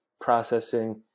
processing